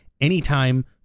anytime